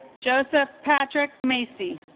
joseph patrick's may see